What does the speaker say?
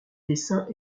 dessins